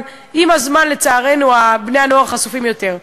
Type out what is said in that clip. אבל עם הזמן, לצערנו, בני-הנוער חשופים יותר.